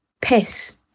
piss